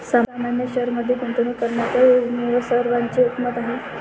सामान्य शेअरमध्ये गुंतवणूक करण्याच्या योजनेवर सर्वांचे एकमत आहे